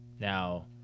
now